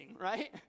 Right